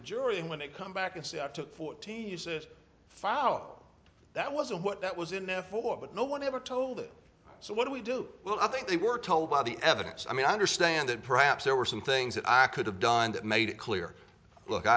the jury when they come back and say i took forty years this fall that wasn't what that was enough for but no one ever told it so what do we do well i think they were told by the evidence i mean i understand it perhaps there were some things that i could have done that made it clear look